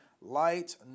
Light